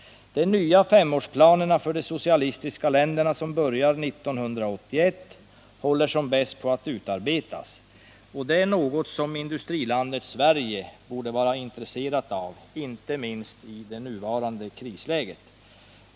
De nya femårsplanerna för de socialistiska länderna som börjar 1981 håller som bäst på att utarbetas. Det är något som industrilandet Sverige borde vara intresserat av, inte minst i det nuvarande krisläget.